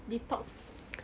detox